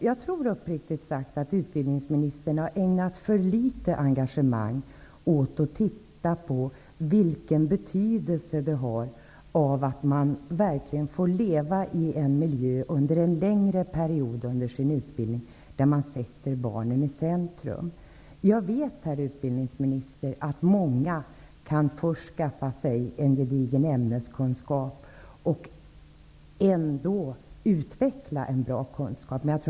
Jag tror, uppriktigt sagt, att utbildningsministern har ägnat för litet engagemang åt betydelsen av att få leva i en miljö under en längre period i utbildningen där barnen sätts i centrum. Jag vet, herr utbildningsminister, att många kan först skaffa sig en gedigen ämneskunskap och ändå utveckla en bra padagogisk kunskap.